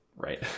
Right